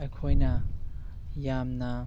ꯑꯩꯈꯣꯏꯅ ꯌꯥꯝꯅ